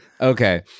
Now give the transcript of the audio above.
okay